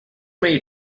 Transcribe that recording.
many